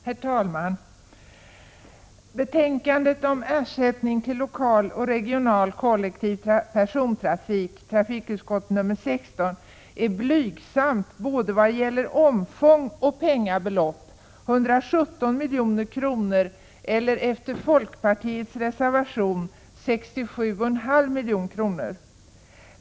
Herr talman! Betänkandet om ersättning till lokal och regional kollektiv persontrafik, trafikutskottets betänkande 16, är blygsamt både vad gäller omfång och vad gäller pengabelopp — det handlar om 117 milj.kr., eller, som folkpartiet föreslår i sin reservation, om 67,5 milj.kr.